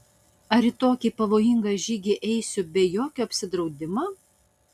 ar į tokį pavojingą žygį eisiu be jokio apsidraudimo